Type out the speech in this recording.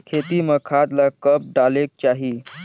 खेती म खाद ला कब डालेक चाही?